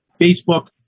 Facebook